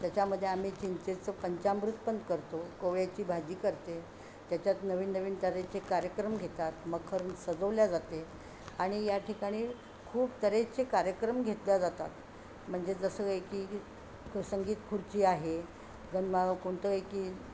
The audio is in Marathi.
त्याच्यामध्ये आम्ही चिंचेचं पंचामृत पण करतो कोहळ्याची भाजी करते त्याच्यात नवीन नवीन तऱ्हेचे कार्यक्रम घेतात मखर सजवले जाते आणि या ठिकाणी खूप तऱ्हेचे कार्यक्रम घेतले जातात म्हणजे जसं एक की संगीतखुर्ची आहे गनमा कोणतं एक की